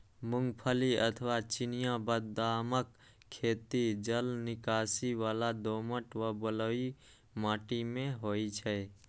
मूंगफली अथवा चिनिया बदामक खेती जलनिकासी बला दोमट व बलुई माटि मे होइ छै